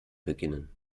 beginnen